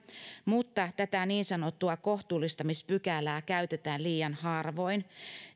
mutta tätä niin sanottua kohtuullistamispykälää käytetään liian harvoin